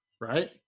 right